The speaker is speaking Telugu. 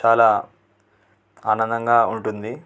చాలా ఆనందంగా ఉంటుంది